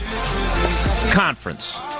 conference